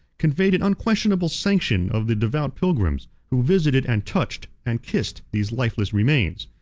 conveyed an unquestionable sanction of the devout pilgrims, who visited, and touched, and kissed these lifeless remains,